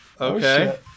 Okay